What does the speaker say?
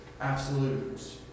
absolute